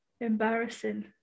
Embarrassing